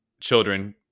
children